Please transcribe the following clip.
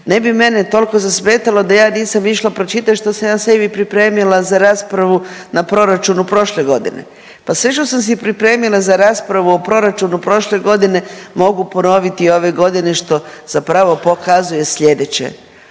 ne bi mene toliko zasmetalo da ja nisam išla pročitat što sam ja sebi pripremila za raspravu na proračunu prošle godine. Pa sve što sam si pripremila za raspravu o proračunu prošle godine mogu ponoviti i ove godine što zapravo pokazuje sljedeće,